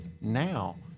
now